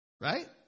right